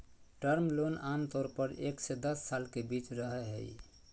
term loan आमतौर पर एक से दस साल के बीच रहय हइ